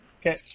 Okay